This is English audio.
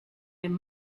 and